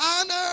Honor